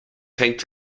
hängt